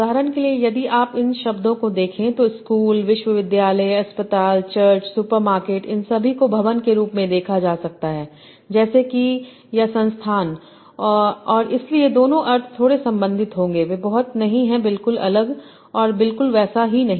उदाहरण के लिए यदि आप इन शब्दों को देखें तो स्कूल विश्वविद्यालय अस्पताल चर्च सुपरमार्केट इन सभी को भवन के रूप में देखा जा सकता है जैसे कि या संस्थान और इसीलिए दोनों अर्थ थोड़े संबंधित होंगे वे बहुत नहीं हैं बिल्कुल अलग और बिल्कुल वैसा ही नहीं